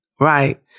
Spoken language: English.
Right